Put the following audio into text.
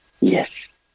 Yes